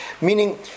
meaning